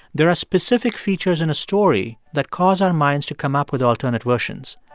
there are specific features in a story that cause our minds to come up with alternate versions.